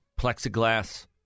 plexiglass